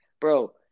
bro